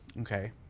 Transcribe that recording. Okay